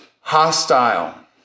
hostile